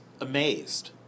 amazed